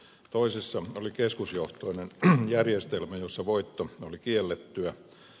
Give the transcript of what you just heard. toisessa oli keskusjohtoinen järjestelmä jossa voitto oli kiellettyä